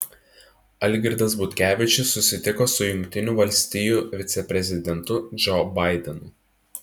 algirdas butkevičius susitiko su jungtinių valstijų viceprezidentu džo baidenu